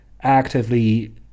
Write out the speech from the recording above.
actively